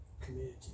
community